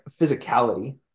physicality